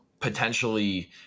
potentially